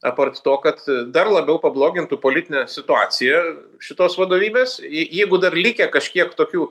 apart to kad dar labiau pablogintų politinę situaciją šitos vadovybės je jeigu dar likę kažkiek tokių